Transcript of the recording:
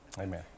amen